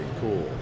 cool